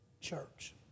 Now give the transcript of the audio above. church